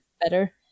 better